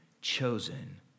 chosen